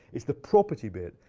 it's the property bit.